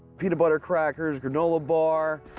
peanut butter crackers, granola bar,